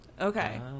Okay